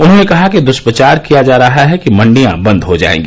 उन्होंने कहा कि दुष्प्रचार किया जा रहा है कि मंडियां बंद हो जाएगी